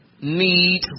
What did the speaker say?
need